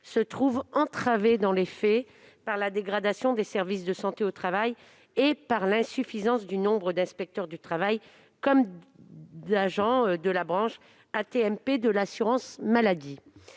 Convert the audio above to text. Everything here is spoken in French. se trouve entravé dans les faits par la dégradation des services de santé au travail et par l'insuffisance du nombre d'inspecteurs du travail, comme d'agents de la branche accidents du travail et maladies